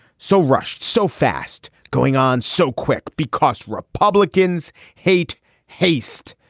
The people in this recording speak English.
so rushed, so fast going on so quick because republicans hate haste.